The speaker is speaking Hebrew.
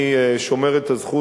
אני שומר את הזכות,